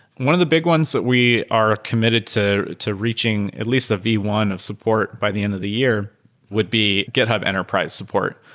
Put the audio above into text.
one of the big ones that we are committed to to reaching at least a v one of support by the end of the year would be github enterprise support.